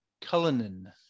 Cullinan